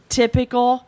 typical